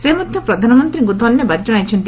ସେ ମଧ୍ୟ ପ୍ରଧାନମନ୍ତୀଙ୍କୁ ଧନ୍ୟବାଦ ଜଶାଇଛନ୍ତି